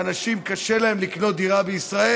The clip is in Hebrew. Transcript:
שלאנשים קשה לקנות דירה בישראל.